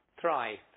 Thrive